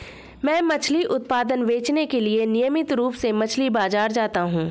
मैं मछली उत्पाद बेचने के लिए नियमित रूप से मछली बाजार जाता हूं